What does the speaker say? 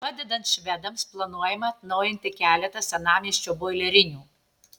padedant švedams planuojama atnaujinti keletą senamiesčio boilerinių